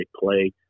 play